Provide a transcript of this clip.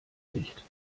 nicht